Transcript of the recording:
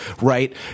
right